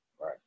Right